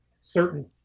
certain